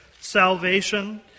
salvation